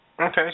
Okay